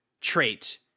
trait